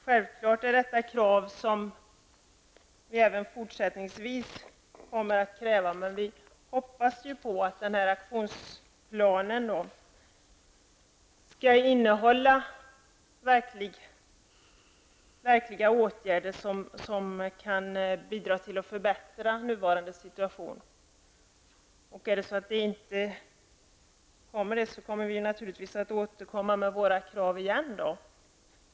Självfallet kommer vi att även fortsättningsvis att ställa detta krav, men vi hoppas att denna aktionsplan skall innehålla åtgärder som verkligen kan bidra till att förbättra den nuvarande situationen. Om inte situationen blir bättre, kommer vi naturligtvis att återkomma med våra krav.